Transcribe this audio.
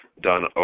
done